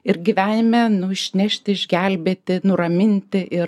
ir gyvenime nu išnešti išgelbėti nuraminti ir